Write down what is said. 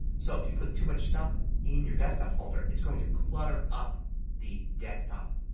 so if you put too much stuff in your desktop folder it's going to clutter up the desktop.